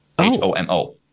H-O-M-O